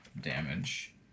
damage